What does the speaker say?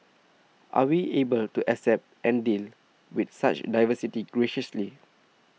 are we able to accept and deal with such diversity graciously